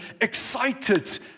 excited